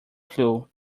flue